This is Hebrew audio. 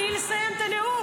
תני לי לסיים את הנאום.